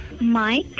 Mike